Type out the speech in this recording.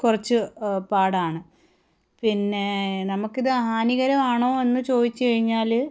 കുറച്ച് പാടാണ് പിന്നെ നമുക്ക് ഇത് ഹാനികരമാണോ എന്ന് ചോദിച്ച് കഴിഞ്ഞാൽ